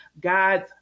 God's